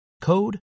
code